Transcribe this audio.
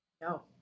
No